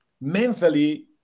mentally